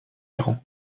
iran